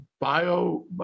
bio